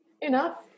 Enough